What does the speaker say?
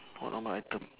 what normal item